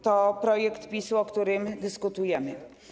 To projekt PiS-u, o którym dyskutujemy.